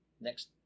next